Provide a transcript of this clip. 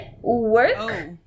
work